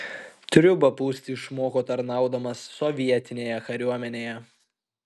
triūbą pūsti išmoko tarnaudamas sovietinėje kariuomenėje